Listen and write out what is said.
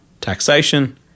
taxation